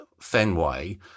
Fenway